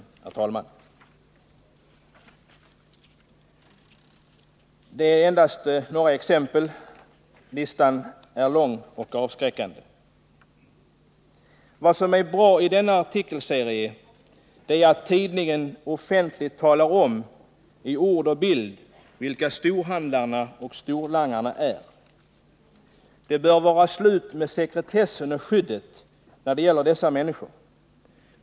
Listan är lång och avskräckande. Vad som är bra i denna artikelserie är att tidningen offentligt talar om i ord och bild vilka storhandlarna och storlangarna är. Det bör vara slut med sekretessen och skyddet när det gäller dessa människor.